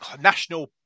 national